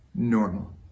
Normal